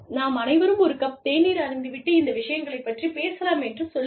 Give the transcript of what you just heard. நாம் அனைவரும் ஒரு கப் தேநீர் அருந்திவிட்டு இந்த விஷயங்களை பற்றிப் பேசலாம் என்று சொல்லுங்கள்